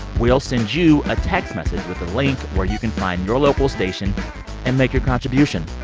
we'll send you a text message with a link where you can find your local station and make your contribution.